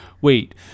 wait